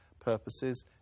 purposes